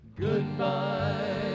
Goodbye